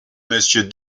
monsieur